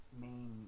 main